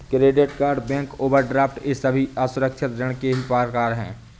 credit card bank overdraft ये सभी असुरक्षित ऋण के ही प्रकार है